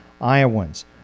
Iowans